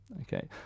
okay